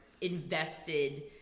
invested